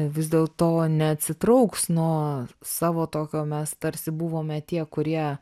vis dėlto neatsitrauks nuo savo tokio mes tarsi buvome tie kurie